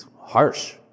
harsh